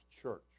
church